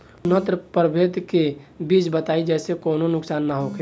उन्नत प्रभेद के बीज बताई जेसे कौनो नुकसान न होखे?